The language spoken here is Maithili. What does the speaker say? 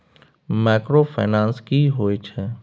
माइक्रोफाइनेंस की होय छै?